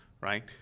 right